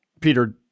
Peter